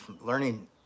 learning